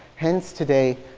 hence today,